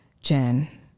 Jen